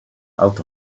out